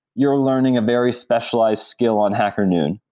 you're learning a very specialized skill on hacker noon.